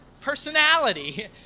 personality